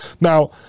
now